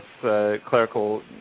Clerical